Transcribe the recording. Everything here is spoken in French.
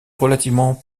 relativement